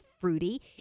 fruity